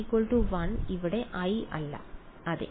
n1 അതെ